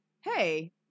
hey